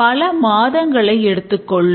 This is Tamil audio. பல மாதங்களை எடுத்துக்கொள்ளும்